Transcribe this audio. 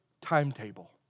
timetable